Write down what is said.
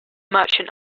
merchant